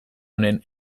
honen